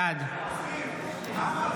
בעד יוסף